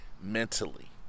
mentally